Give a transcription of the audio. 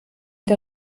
der